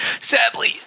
Sadly